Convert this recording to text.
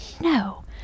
no